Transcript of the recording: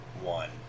one